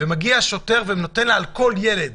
ומגיע שוטר ונותן לה על כל ילד